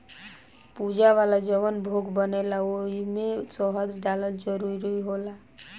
पूजा वाला जवन भोग बनेला ओइमे शहद डालल जरूरी होला